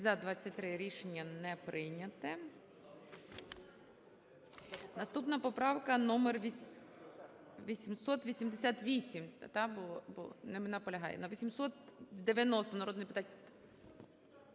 За-14 Рішення не прийнято. Наступна поправка - номер 948.